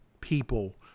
people